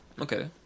Okay